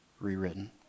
rewritten